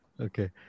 Okay